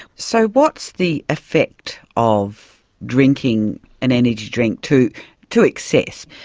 so what's the effect of drinking an energy drink to to excess?